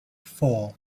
four